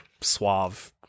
suave